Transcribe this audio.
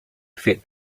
fit